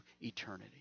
eternity